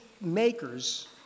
makers